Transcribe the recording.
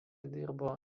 dirbo